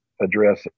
address